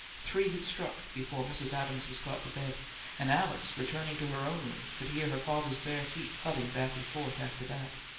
three had struck before mrs. adams was got to bed and alice, returning to her own room, could hear her father's bare feet thudding back and forth after that.